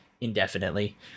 indefinitely